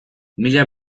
mila